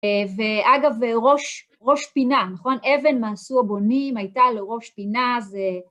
ואגב, ראש פינה, נכון? אבן מאסו הבונים, הייתה לראש פינה, זה...